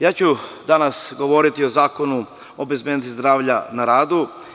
Ja ću danas govoriti o Zakonu o bezbednosti zdravlja na radu.